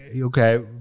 okay